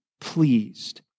pleased